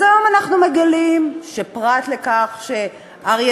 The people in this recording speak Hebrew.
אז היום אנחנו מגלים שפרט לכך שאריה